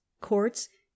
courts